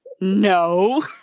no